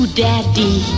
daddy